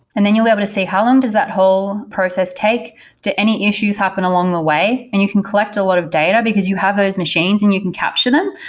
and then you'll be able to say, how long does that whole process take to any issues happen along the way? and you can collect a lot of data because you have those machines and you can capture them,